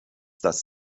das